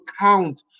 count